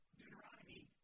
Deuteronomy